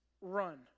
run